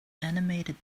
animated